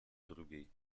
drugiej